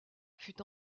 fut